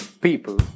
people